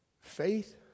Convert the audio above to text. Faith